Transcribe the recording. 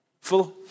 Full